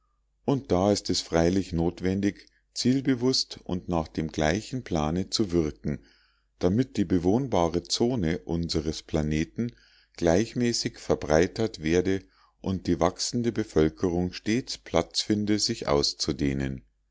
und da ist es freilich notwendig zielbewußt und nach dem gleichen plane zu wirken damit die bewohnbare zone unseres planeten gleichmäßig verbreitert werde und die wachsende bevölkerung stets platz finde sich auszudehnen